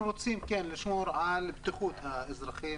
אנחנו רוצים לשמור על בטיחות האזרחים